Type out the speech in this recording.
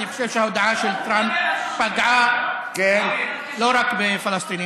אני חושב שההודעה של טראמפ פגעה לא רק בפלסטינים,